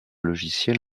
logiciel